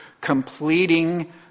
completing